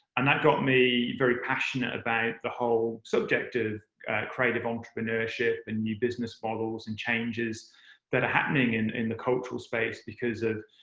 and that got me very passionate about the whole subject of creative entrepreneurship and new business models and changes that are happening and in the cultural space because of,